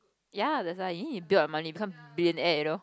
ya that's I did do a money can't be at all